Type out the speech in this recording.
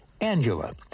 Angela